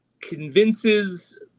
convinces